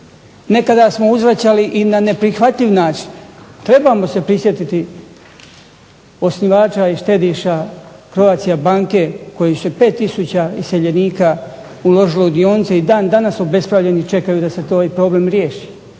Nekada smo uzvraćali i na neprihvatljiv način. Trebamo se prisjetiti osnivača i štediša Croatia banke koji su 5 tisuća iseljenika uložili u dionice i dan danas obespravljeni da se taj problem riješi.